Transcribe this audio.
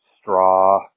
straw